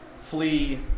flee